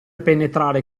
penetrare